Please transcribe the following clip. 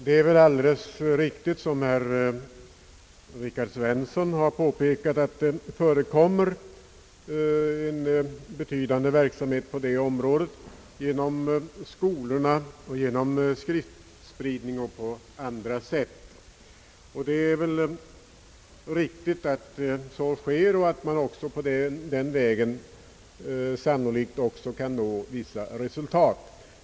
Det är alldeles riktigt, som herr Rikard Svensson påpekade, att en betydande verksamhet på detta område sker genom skolorna, genom skriftspridning och på andra sätt. Det är riktigt att så sker, och man kan på den vägen sannolikt också nå vissa resultat.